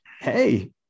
Hey